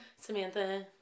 Samantha